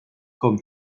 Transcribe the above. com